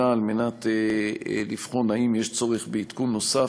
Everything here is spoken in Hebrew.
על מנת לבחון אם יש צורך בעדכון נוסף.